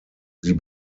sie